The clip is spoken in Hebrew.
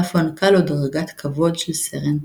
ואף הוענקה לו דרגת כבוד של סרן.